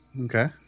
Okay